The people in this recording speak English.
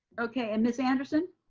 okay, and miss anderson.